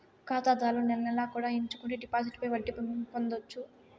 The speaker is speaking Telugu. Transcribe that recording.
ఖాతాదారులు నెల నెలా కూడా ఎంచుకుంటే డిపాజిట్లపై వడ్డీ పొందొచ్చు